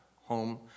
home